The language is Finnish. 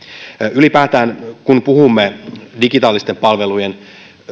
ylipäätään kun puhumme digitaalisten palveluiden